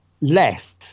less